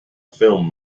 film